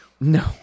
No